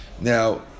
Now